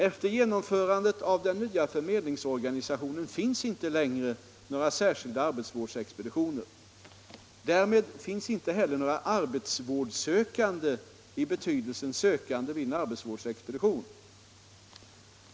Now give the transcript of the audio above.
Efter genomförandet av den nya förmedlingsorganisationen finns inte längre några särskilda arbetsvårdsexpeditioner. Därmed finns inte heller några arbetsvårdssökande i betydelsen sökande vid en arbetsvårdsexpedition.